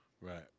Right